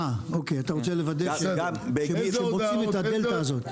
אוקיי, אתה רוצה לוודא שהם מוצאים את הדלתא הזאת?